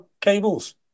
Cables